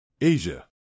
Asia